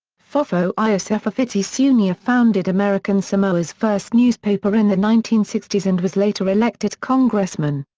fofo iosefa fiti sunia founded american samoa's first newspaper in the nineteen sixty s and was later elected congressman.